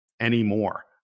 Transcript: anymore